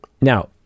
now